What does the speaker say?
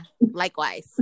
likewise